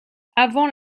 avant